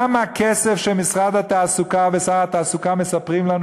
גם הכסף שמשרד התעסוקה ושר התעסוקה מספרים לנו